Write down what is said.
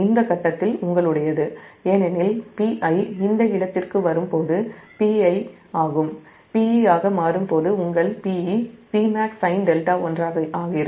இந்த ஃபேஸ்ல் உங்களுடையது ஏனெனில் Pi இந்த இடத்திற்கு வரும்போது Pi ஆகும் Peஆக மாறும்போது உங்கள் Pe Pmaxsinδ1 ஆகிறது